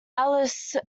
alice